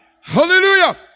Hallelujah